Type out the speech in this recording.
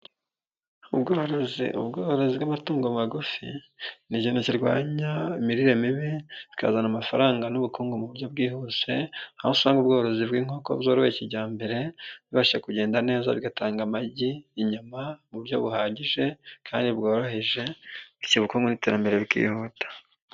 Ubworozi bw'amatungo magufi ni ikintu kirwanya imirire mibi bikazana amafaranga n'ubukungu mu buryo bwihuse, aho usanga ubworozi bw'inkoko zoroye kijyambere bubasha kugenda neza bigatanga amagi, inyama mu buryo buhagije kandi bworoheje ikibuku n'iterambere bi byihuta.